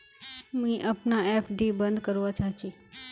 मुई अपना एफ.डी बंद करवा चहची